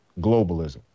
globalism